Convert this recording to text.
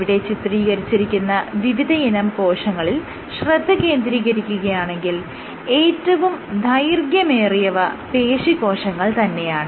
ഇവിടെ ചിത്രീകരിച്ചിരിക്കുന്ന വിവിധയിനം കോശങ്ങളിൽ ശ്രദ്ധ കേന്ദ്രീകരിക്കുകയാണെങ്കിൽ ഏറ്റവും ദൈർഘ്യമേറിയവ പേശീകോശങ്ങൾ തന്നെയാണ്